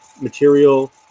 material